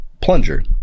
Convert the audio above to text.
plunger